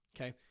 okay